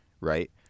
Right